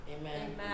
Amen